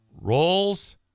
Rolls